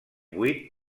buit